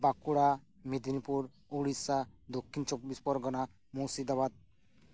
Bankura Medinipur Odisha Dakshin Chabbis Pargana Murshidabad